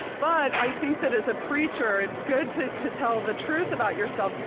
but i think that, as a preacher, it's good to to tell the truth about yourself,